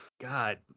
god